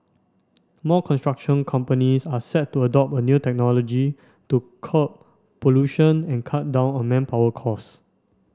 more construction companies are set to adopt a new technology to curb pollution and cut down on manpower costs